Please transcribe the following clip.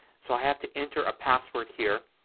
so i have to enter a password here,